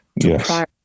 Yes